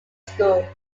school